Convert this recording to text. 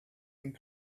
and